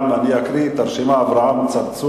אני אקריא את הרשימה, גם חברי הכנסת אברהים צרצור,